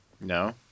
No